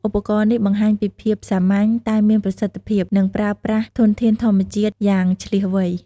ឧបករណ៍នេះបង្ហាញពីភាពសាមញ្ញតែមានប្រសិទ្ធភាព និងការប្រើប្រាស់ធនធានធម្មជាតិយ៉ាងឈ្លាសវៃ។